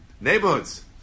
neighborhoods